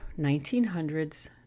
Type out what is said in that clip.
1900s